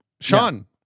Sean